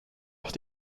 auch